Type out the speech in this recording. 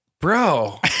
Bro